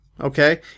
Okay